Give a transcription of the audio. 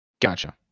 Gotcha